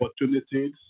opportunities